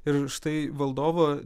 ir štai valdovo